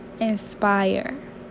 inspire